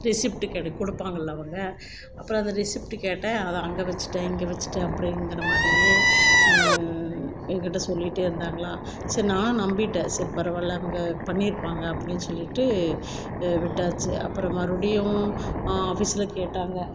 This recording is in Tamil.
ரெசிப்ட்டு கெ கொடுப்பாங்கள்ல அவங்க அப்புறம் அந்த ரெசிப்ட்டு கேட்டேன் அதை அங்கே வச்சிட்டேன் இங்கே வச்சிட்டேன் அப்படிங்கிற மாதிரியே என்கிட்ட சொல்லிகிட்டே இருந்தாங்களா சரி நானும் நம்பிவிட்டேன் சரி பரவாயில்ல அவங்க பண்ணி இருப்பாங்க அப்படின்னு சொல்லிவிட்டு விட்டாச்சு அப்புறமா மறுபுடியும் ஆஃபீஸில் கேட்டாங்க